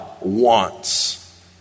wants